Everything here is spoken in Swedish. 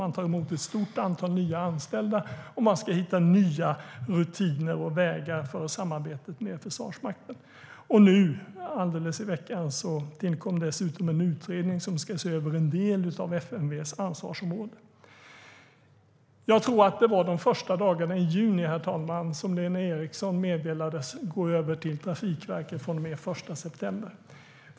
Man tar emot ett stort antal nya anställda, och man ska hitta nya rutiner och vägar för samarbetet med Försvarsmakten. Nu i veckan tillkom dessutom en utredning som ska se över en del av FMV:s ansvarsområden. Jag tror att det var under någon av de första dagarna i juni, herr talman, som Lena Erixon meddelades gå över till Trafikverket den 1 september.